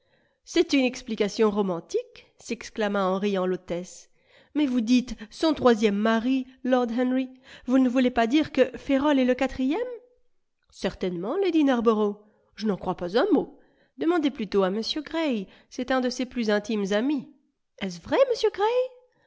c'est une explication romantique s'exclama en riant l'hôtesse mais vous dites son troisième mari lord henry vous ne voulez pas dire que ferrol est le quatrième certainement lady narborough je n'en crois pas un mot demandez plutôt à m gray c'est un de ses plus intimes amis est-ce vrai monsieur